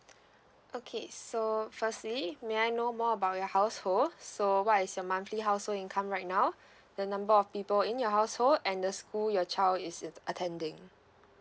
okay so firstly may I know more about your household so what is your monthly household income right now the number of people in your household and the school your child is attending